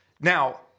Now